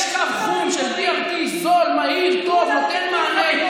יש קו חום של BRT, זול, מהיר, טוב, נותן מענה.